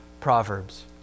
Proverbs